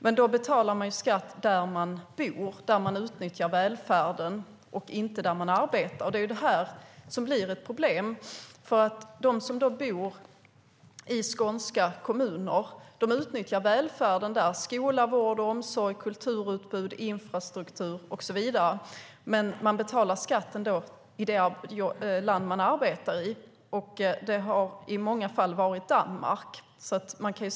Men då betalar de skatt där de bor och där de utnyttjar välfärden och inte där de arbetar. Det är detta som blir ett problem. De som bor i skånska kommuner utnyttjar välfärden där i form av skola, vård, omsorg, kulturutbud, infrastruktur och så vidare. Men de betalar skatt i det land de arbetar i, och det har i många fall varit Danmark.